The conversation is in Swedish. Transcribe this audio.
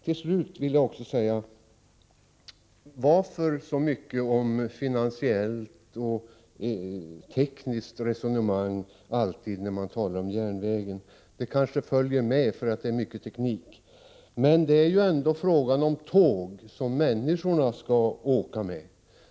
Till slut vill jag också säga: Varför så mycket finansiellt och tekniskt resonemang alltid när man talar om järnvägen? Det kanske följer med därför att det rör sig om mycket teknik. Men det är ändå fråga om tåg som människorna skall åka med.